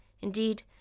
Indeed